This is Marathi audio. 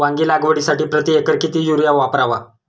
वांगी लागवडीसाठी प्रति एकर किती युरिया वापरावा?